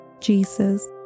Jesus